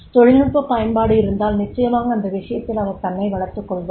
தொழில்நுட்ப பயன்பாடு இருந்தால் நிச்சயமாக அந்த விஷயத்தில் அவர் தன்னை வளர்த்துக் கொள்வார்